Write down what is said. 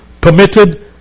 permitted